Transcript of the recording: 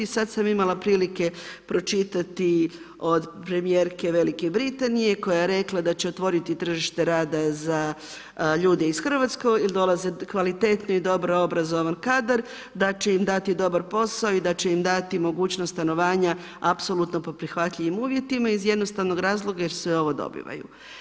Sad sam imala prilike pročitati od premijerke Velike Britanije, koja je rekla da će otvoriti tržište rada za ljude iz Hrvatske jer dolaze kvalitetni i dobro obrazovan kadar, da će im dati dobar posao i da će im dati mogućnost stanovanja apsolutno po prihvatljivim uvjetima iz jednostavnog razloga jer sve ovo dobivaju.